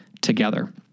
together